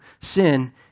sin